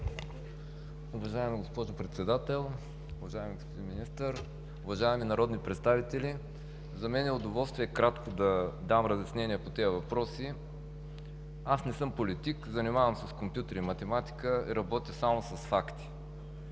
Уважаема госпожо Председател, уважаема госпожо Министър, уважаеми народни представители! За мен е удоволствие кратко да дам разяснение по тези въпроси. Аз не съм политик. Занимавам се с компютри и математика и работя само с факти.